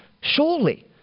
surely